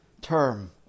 term